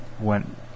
went